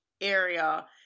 area